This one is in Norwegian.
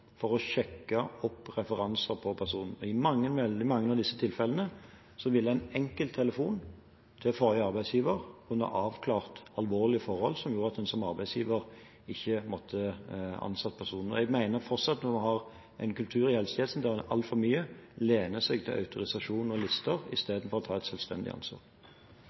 for å sjekke personens referanser. I veldig mange av disse tilfellene ville en enkelt telefon til forrige arbeidsgiver kunne avklart alvorlige forhold som gjorde at en som arbeidsgiver ikke måtte ansette personen. Jeg mener fortsatt at det er en kultur i helsevesenet der en altfor mye lener seg til autorisasjon og lister i stedet for å ta et selvstendig ansvar.